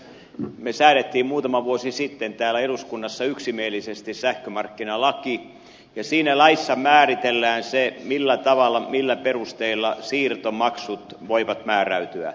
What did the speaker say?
me säädimme muutama vuosi sitten täällä eduskunnassa yksimielisesti sähkömarkkinalain ja siinä laissa määritellään se millä perusteilla siirtomaksut voivat määräytyä